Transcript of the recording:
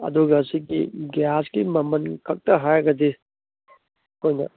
ꯑꯗꯨꯒ ꯁꯤꯒꯤ ꯒ꯭ꯌꯥꯁꯀꯤ ꯃꯃꯟ ꯈꯛꯇ ꯍꯥꯏꯔꯒꯗꯤ ꯑꯩꯈꯣꯏꯅ